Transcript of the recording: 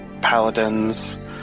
paladins